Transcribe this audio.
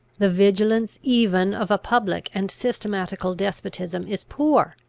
the vigilance even of a public and systematical despotism is poor,